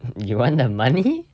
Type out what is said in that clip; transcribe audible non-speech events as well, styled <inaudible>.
you want the money <breath>